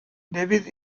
davies